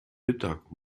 mittag